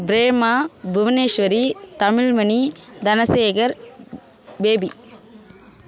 Prema Bhuvaneshwari Tamilmani Dhanasekar baby